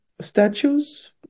statues